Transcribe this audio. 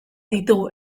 ditugu